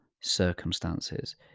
circumstances